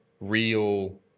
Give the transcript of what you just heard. real